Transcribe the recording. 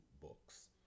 books